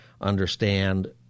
understand